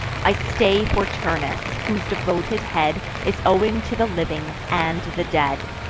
i stay for turnus, whose devoted head is owing to the living and the dead.